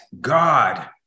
god